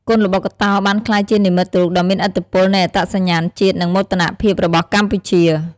គុនល្បុក្កតោបានក្លាយជានិមិត្តរូបដ៏មានឥទ្ធិពលនៃអត្តសញ្ញាណជាតិ និងមោទនភាពរបស់កម្ពុជា។